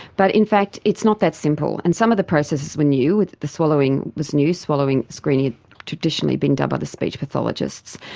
but in fact it's not that simple, and some of the processes were new, the swallowing was new, swallowing screening had traditionally been done by the speech pathologists.